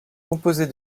composée